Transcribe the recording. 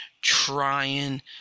trying